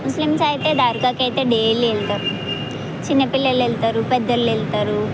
Muslims అయితే దర్గాకి అయితే డైలీ వెళ్తారు చిన్న పిల్లలు వెళ్తారు పెద్ద వాళ్ళు వెళ్తారు